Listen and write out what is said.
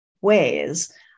ways